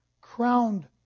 crowned